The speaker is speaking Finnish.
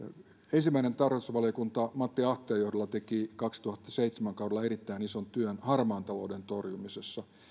ensimmäinen tarkastusvaliokunta matti ahteen johdolla teki kaudella kaksituhattaseitsemän erittäin ison työn harmaan talouden torjumisessa